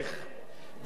זו אחת